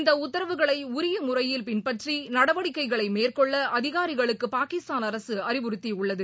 இந்தஉத்தரவுகளைஉரியமுறையில் பின்பற்றிநடவடிக்கைகளைமேற்கொள்ள அதிகாரிகளுக்குபாகிஸ்தான் அரசுஅறிவுறுத்தியுள்ளது